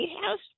house